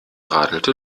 radelte